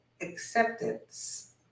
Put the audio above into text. acceptance